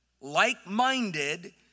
like-minded